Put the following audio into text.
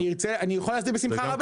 אני יכול להסביר בשמחה רבה,